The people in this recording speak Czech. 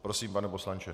Prosím, pane poslanče.